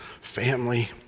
family